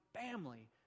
family